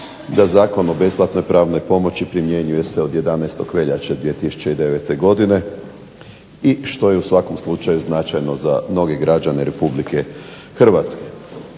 da Zakon o besplatnoj pravnoj pomoći primjenjuje se od 11. veljače 2009. godine i što je u svakom slučaju značajno za mnoge građane Republike Hrvatske.